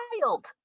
child